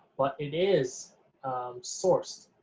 but it is sourced